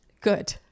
Good